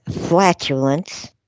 flatulence